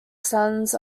sons